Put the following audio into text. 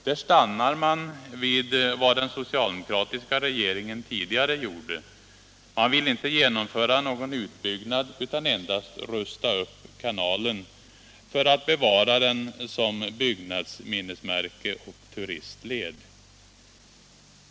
Där stannar man vid vad den socialdemokratiska regeringen tidigare förslog. Man vill inte genomföra någon utbyggnad utan endast rusta upp kanalen för att bevara den som byggnadsminnesmärke och turistled.